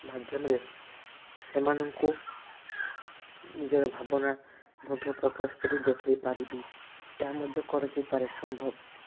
ମାଧ୍ୟମରେ ସେମାନଙ୍କୁ ନିଜର ଭାବନା ମଧ୍ୟ ପ୍ରକାଶ କରି ଦେଖେଇ ପାରିବି ଏହା ମଧ୍ୟ କରାଯାଇପାରେ ସମ୍ଭବ